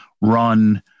run